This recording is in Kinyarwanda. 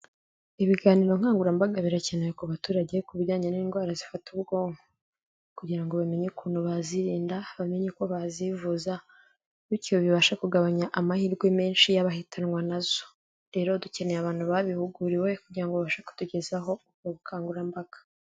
Ibiganiro nkangurambaga birakenewe ku baturage ku bijyanye n'indwara zifata ubwonko, kugira ngo bamenye ukuntu bazirinda, bamenye uko bazivuza, bityo bibashe kugabanya amahirwe menshi y'abahitanwa nazo. Rero dukeneye abantu babihuguriwe kugira ngo babashe kutugezaho ubukangurambaga.